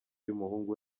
y’umuhungu